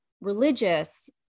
religious